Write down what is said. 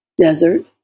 desert